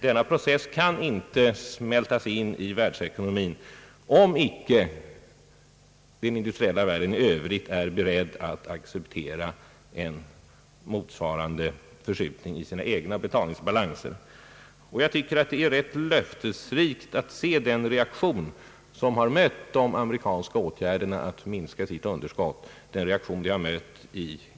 Denna process kan inte smältas in i världsekonomin, om icke den industriella världen i Övrigt är beredd att acceptera en motsvarande förskjutning i sina egna betalningsbalanser. Jag tycker att den reaktion i EEC länderna, som har mött de amerikanska åtgärderna att minska sitt underskott, är rätt löftesrik på denna punkt.